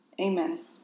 Amen